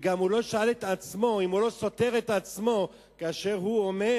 והוא גם לא שאל את עצמו אם הוא לא סותר את עצמו כשהוא אומר: